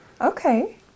Okay